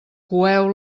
coeu